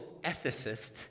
ethicist